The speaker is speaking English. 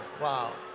Wow